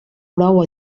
prou